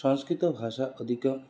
संस्कृतभाषा अधिकम्